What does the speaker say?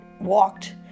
walked